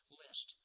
list